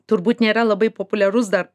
turbūt nėra labai populiarus dar